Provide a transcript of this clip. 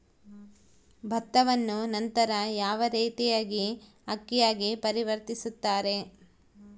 ಭತ್ತವನ್ನ ನಂತರ ಯಾವ ರೇತಿಯಾಗಿ ಅಕ್ಕಿಯಾಗಿ ಪರಿವರ್ತಿಸುತ್ತಾರೆ?